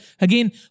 again